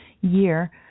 year